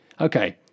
Okay